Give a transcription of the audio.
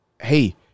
hey